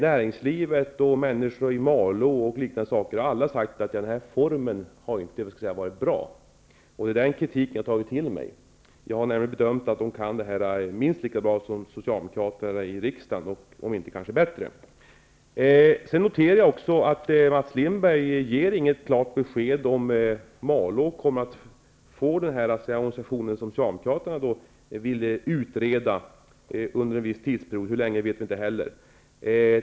Näringslivet, människorna i Malå m.fl. har sagt att den här formen inte har varit bra. Det är den kritiken jag har tagit till mig. Jag har nämligen bedömt att dessa människor kan det här minst lika bra som socialdemokraterna i riksdagen, om inte bättre. Jag noterar att Mats Lindberg inte ger något klart besked om Malå kommer att få den organisation som socialdemokraterna vill utreda under en viss tidsperiod. Vi vet inte heller hur lång den är.